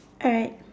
alright